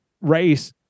race